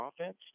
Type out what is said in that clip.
offense